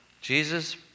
Jesus